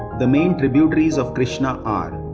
the main tributaries of krishna are